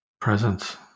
presence